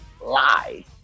lie